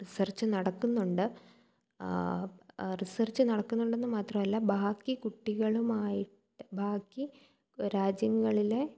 research നടക്കുന്നുണ്ട് research നടക്കുന്നുണ്ടെന്ന് മാത്രമല്ല ബാക്കി കുട്ടികളുമായി ബാക്കി രാജ്യങ്ങളിലെ